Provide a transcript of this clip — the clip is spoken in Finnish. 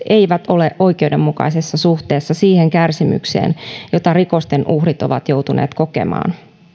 eivät ole oikeudenmukaisessa suhteessa siihen kärsimykseen jota rikosten uhrit ovat joutuneet kokemaan